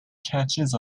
catches